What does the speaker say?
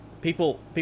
people